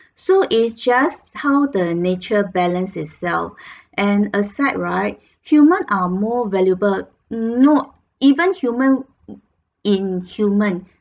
so is just how the nature balance itself and aside right human are more valuable not even human in human